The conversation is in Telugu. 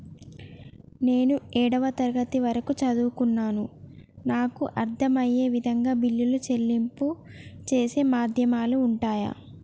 నేను ఏడవ తరగతి వరకు చదువుకున్నాను నాకు అర్దం అయ్యే విధంగా బిల్లుల చెల్లింపు చేసే మాధ్యమాలు ఉంటయా?